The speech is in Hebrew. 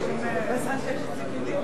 נא לצלצל.